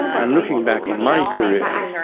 and looking back on my career,